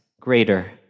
greater